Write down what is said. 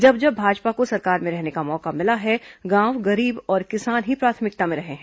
जब जब भाजपा को सरकार में रहने का मौका मिला है गांव गरीब और किसान ही प्राथमिकता में रहे हैं